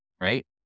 right